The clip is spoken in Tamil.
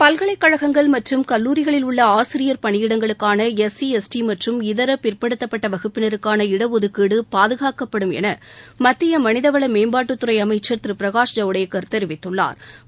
பல்கலைக்கழங்கள் மற்றும் கல்லூரிகளில் உள்ள ஆசிரியர் பணியிடங்களுக்கான எஸ் சி எஸ் டி மற்றும் இதர பிற்படுத்தப்பட்ட வகுப்பினருக்கான இடஒதுக்கீடு பாதுகாக்கப்படும் என மத்திய மனிதவள மேம்பாட்டுத்துறை அமைச்சா் திரு பிரகாஷ் ஜவடேக்கா் தெரிவித்துள்ளாா்